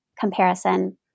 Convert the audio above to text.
comparison